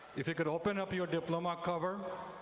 if you could open up your diploma cover,